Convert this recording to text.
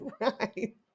right